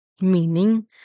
Meaning